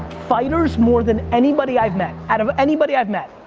fighters, more than anybody i've met, out of anybody i've met,